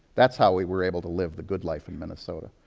that's how we were able to live the good life in minnesota.